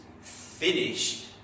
finished